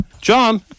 John